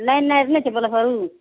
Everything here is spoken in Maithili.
नहि